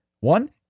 One